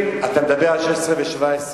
אתה מדבר על 16 ו-17.